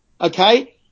okay